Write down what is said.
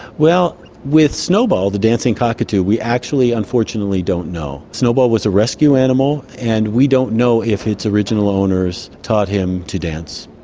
well, with snowball, the dancing cockatoo, we actually unfortunately don't know. snowball was a rescue animal and we don't know if its original owners taught him to dance.